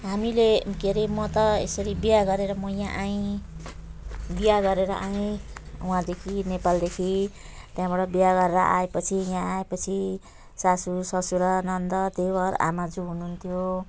हामीले के अरे म त यसरी बिहा गरेर म यहाँ आएँ बिहा गरेर आए वहाँदेखि नेपालदेखि त्यहाँबाट बिहा गरेर आएपछि यहाँ आएपछि सासू ससुरा नन्द देवर आमाजू हुनुहुन्थ्यो